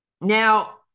Now